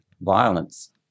violence